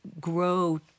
grow